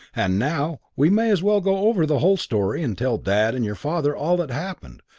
and now we may as well go over the whole story, and tell dad and your father all that happened.